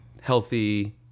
healthy